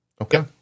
Okay